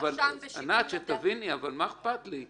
מה אכפת לי?